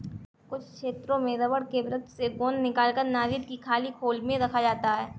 कुछ क्षेत्रों में रबड़ के वृक्ष से गोंद निकालकर नारियल की खाली खोल में रखा जाता है